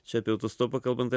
čia apie autostopą kalbant